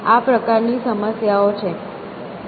આ પ્રકારની સમસ્યાઓ છે